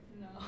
No